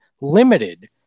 limited